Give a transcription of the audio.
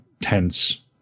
tense